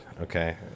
Okay